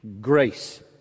grace